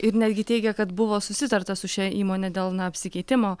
ir netgi teigia kad buvo susitarta su šia įmone dėl na apsikeitimo